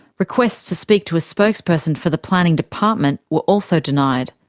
requests to speak to a spokesperson for the planning department were also denied.